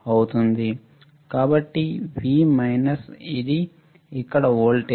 కాబట్టి V minus ఇది ఇక్కడ వోల్టేజ్